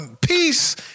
peace